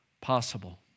possible